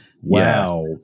Wow